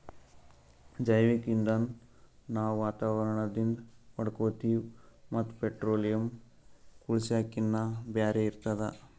ಜೈವಿಕ್ ಇಂಧನ್ ನಾವ್ ವಾತಾವರಣದಿಂದ್ ಪಡ್ಕೋತೀವಿ ಮತ್ತ್ ಪೆಟ್ರೋಲಿಯಂ, ಕೂಳ್ಸಾಕಿನ್ನಾ ಬ್ಯಾರೆ ಇರ್ತದ